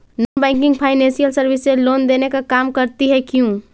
Non banking financial services loan देने का काम करती है क्यू?